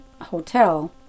hotel